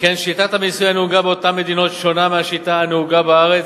שכן שיטת המיסוי הנהוגה באותן מדינות שונה מהשיטה הנהוגה בארץ,